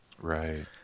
Right